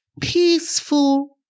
peaceful